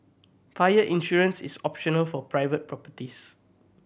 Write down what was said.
fire insurance is optional for private properties